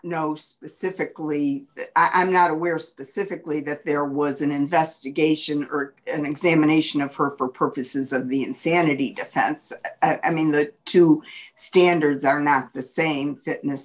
know specifically i'm not aware specifically that there was an investigation ert and examination of her for purposes of the insanity defense i mean that two standards are not the same fitness